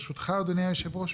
ברשותך אדוני היו"ר,